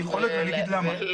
אני חולק עליו.